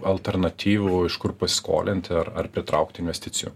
alternatyvų iš kur pasiskolinti ar ar pritraukti investicijų